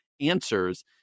answers